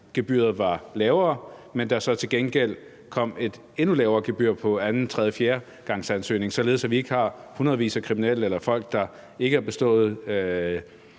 var lavere, men hvor der så til gengæld kom et endnu lavere gebyr på anden-, tredje-, fjerdegangsansøgningen, således at vi ikke har hundredvis af kriminelle eller folk, der ikke har bestået